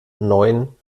neun